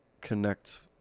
connect